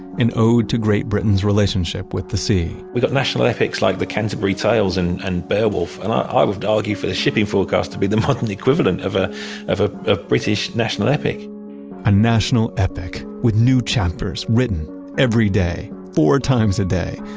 an ode to great britain's relationship with the sea we've got national epics like the canterbury tales, and and beowulf and i would argue for the shipping forecast to be the modern equivalent of ah of ah a british national epic a national epic, with new chapters written every day, four times a day,